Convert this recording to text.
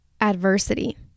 adversity